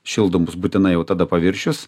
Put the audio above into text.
šildomus būtinai jau tada paviršius